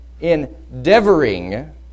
endeavoring